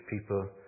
people